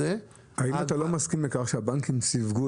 האם אתה לא מסכים לטענה שהבנקים סיווגו